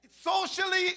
Socially